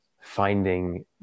finding